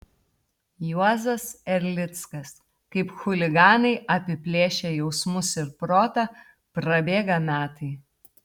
juozas erlickas kaip chuliganai apiplėšę jausmus ir protą prabėga metai